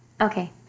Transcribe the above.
Okay